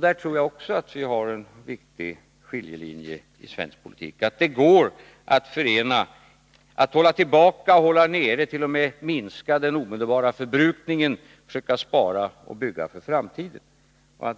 Där tror jag också att vi har en viktig skiljelinje i svensk politik. Det går att förena avsikterna att hålla tillbaka och t.o.m. att minska den omedelbara förbrukningen och att försöka spara och bygga för framtiden.